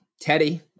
Teddy